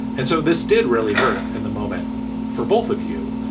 and so this did really hurt in the moment for both of you.